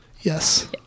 Yes